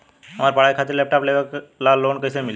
हमार पढ़ाई खातिर लैपटाप लेवे ला लोन कैसे मिली?